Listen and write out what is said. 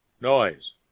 Noise